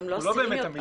זה לא באמת אמיתי.